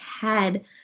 head